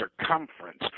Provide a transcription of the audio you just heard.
circumference